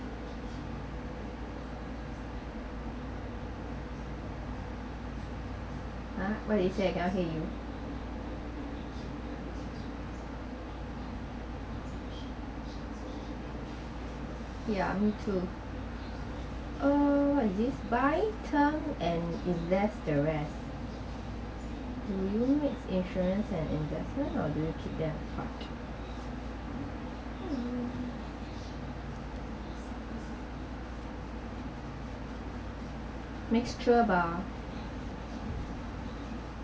ha what you said I cannot hear you ya me too uh is it by term and it left the rest do you make insurance an investment or do you keep them apart mm mixture bah